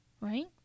right